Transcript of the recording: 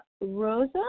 Rosa